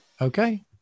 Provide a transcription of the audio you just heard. Okay